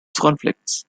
conflicts